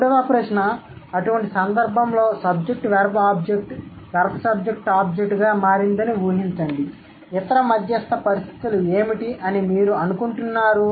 మూడవ ప్రశ్న అటువంటి సందర్భంలో SVO VSOగా మారిందని ఊహించండి ఇతర మధ్యస్థ పరిస్థితులు ఏమిటి అని మీరు అనుకుంటున్నారు